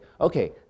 okay